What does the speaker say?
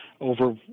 over